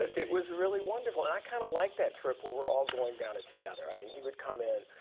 it was really wonderful, and i kind of like that trip where were all going down it together. i mean, he would come in.